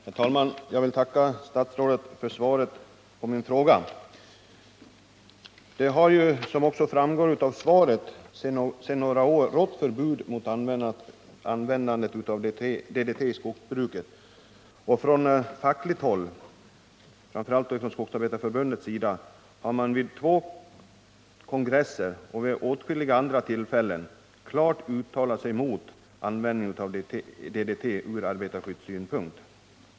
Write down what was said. Herr talman! Jag vill tacka statsrådet för svaret på min fråga. Det har ju, som också framgår av svaret, sedan några år rått förbud mot användande av DDT i skogsbruket. Från fackligt håll — framför allt från skogsarbetareförbundets sida — har man vid två kongresser och vid åtskilliga andra tillfällen ur arbetarskyddssynpunkt klart uttalat sig mot användning av DDT.